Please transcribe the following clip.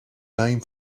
name